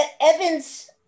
Evans